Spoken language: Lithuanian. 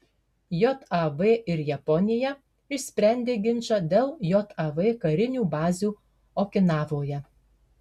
jav ir japonija išsprendė ginčą dėl jav karinių bazių okinavoje